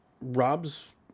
Rob's